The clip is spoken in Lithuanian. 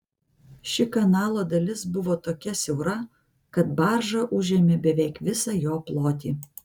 ši kanalo dalis buvo tokia siaura kad barža užėmė beveik visą jo plotį